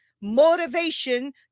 motivation